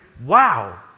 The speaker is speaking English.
wow